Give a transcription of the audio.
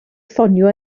ffonio